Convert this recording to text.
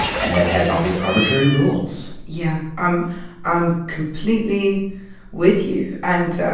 and that has all these arbitrary rules yeah, i'm i'm completely with you. and